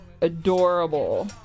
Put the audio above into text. adorable